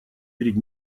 перед